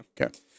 Okay